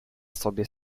sobie